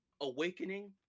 awakening